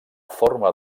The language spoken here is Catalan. forma